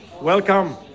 Welcome